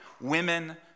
Women